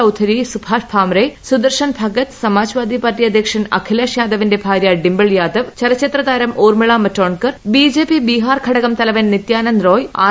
Chaudhary Subhash Bhamre Sudarshan Bhagat Samajwadi party അധ്യക്ഷൻ അഖിലേഷ് യാദവിന്റെ ഭാര്യ ഡിംപിൾ യാദവ് ചലച്ചിത്ര താരം ഊർമ്മിള മറ്റോണ്ട്ക്കർ ബിജെപി ബീഹാർ ഘടകം തലവൻ നിത്യാനന്ദ് റോയ് ആർ